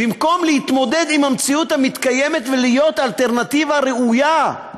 במקום להתמודד עם המציאות המתקיימת ולהיות אלטרנטיבה ראויה.